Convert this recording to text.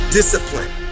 discipline